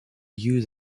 use